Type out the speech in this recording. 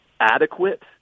adequate